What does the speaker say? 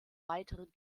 weiteren